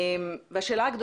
(הצגת מצגת)